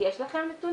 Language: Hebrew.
יש לכם נתונים?